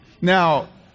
Now